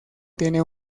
tiene